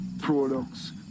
products